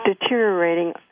deteriorating